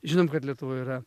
žinom kad lietuvoj yra